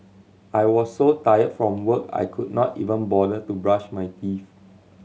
I was so tired from work I could not even bother to brush my teeth